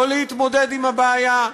לא להתמודד עם הבעיה,